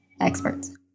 experts